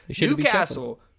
Newcastle